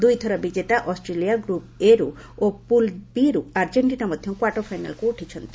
ଦୁଇଥର ବିଜେତା Australia group ଏ'ରୁ ଓ ପୁଲ ବି'ରୁ ଆର୍ଜେଷ୍ଟିନା ମଧ୍ୟ କ୍ୱାର୍ଟର ଫାଇନାଲକୁ ଉଠିଛନ୍ତି